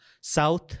south